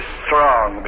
strong